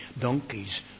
Donkeys